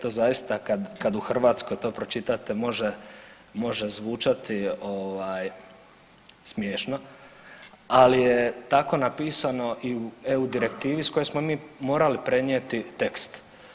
To zaista kad u Hrvatskoj to pročitate može zvučati smiješno, ali je tako napisano i u EU direktivi iz koje smo mi morali prenijeti tekst.